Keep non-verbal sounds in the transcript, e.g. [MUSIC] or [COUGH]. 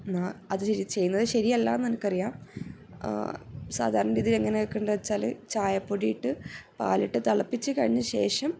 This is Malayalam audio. എന്നാൽ അത് ചെയ്യുന്നത് ശരിയല്ലായെന്ന് എനിക്കറിയാം സാധാരണ രീതിയിൽ അങ്ങനെയൊക്കെ [UNINTELLIGIBLE] വച്ചാല് ചായപ്പൊടി ഇട്ട് പാലിട്ട് തിളപ്പിച്ച് കഴിഞ്ഞ ശേഷം